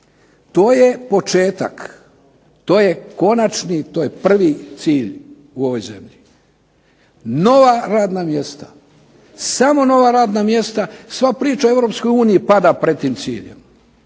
To je početak, to je konačni, to je prvi cilj u ovoj zemlji. Nova radna mjesta, samo nova radna mjesta. Sva priča o Europskoj uniji pada pred tim ciljem.